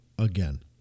again